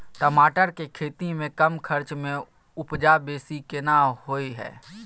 टमाटर के खेती में कम खर्च में उपजा बेसी केना होय है?